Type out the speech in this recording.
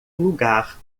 lugar